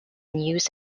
news